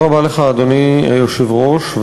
אדוני היושב-ראש,